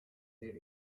there